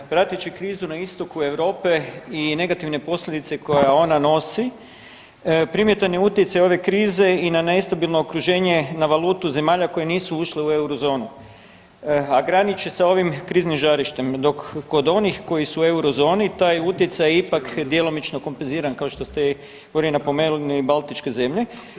Prateći krizu na istoku Europe i negativne posljedice koja ona nosi primjetan je utjecaj ove krize i na nestabilno okruženje na valutu zemalja koje nisu ušle u eurozonu, a graniče sa ovim kriznim žarištem, dok kod onih koji su u eurozoni taj utjecaj je ipak djelomično kompenziran kao što ste i … [[Govornik se ne razumije]] napomenuli baltičke zemlje.